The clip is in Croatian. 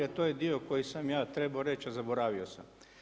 A to je dio koji sam ja trebao reći, a zaboravio sam.